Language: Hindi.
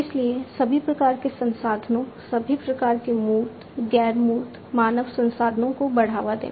इसलिए सभी प्रकार के संसाधनों सभी प्रकार के मूर्त गैर मूर्त मानव संसाधनों को बढ़ावा देना